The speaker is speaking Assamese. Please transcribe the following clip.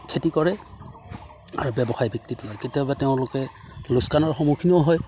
খেতি কৰে আৰু ব্যৱসায় ভিত্তিত লয় কেতিয়াবা তেওঁলোকে লোকচানৰ সন্মুখীনো হয়